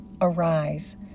Arise